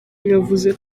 yavuze